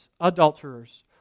adulterers